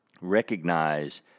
recognize